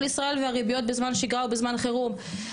ישראל והריביות בזמן שגרה ובזמן חירום.